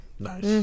Nice